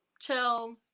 chill